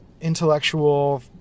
intellectual